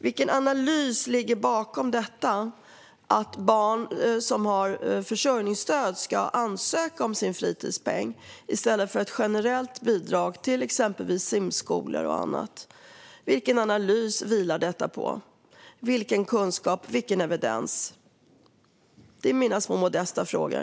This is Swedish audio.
Vilken analys ligger bakom att barn som har försörjningsstöd ska ansöka om fritidspeng i stället för att vi har ett generellt bidrag till simskolor och annat? Vilken analys, kunskap och evidens vilar detta på? Det är mina små modesta frågor.